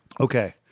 Okay